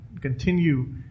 continue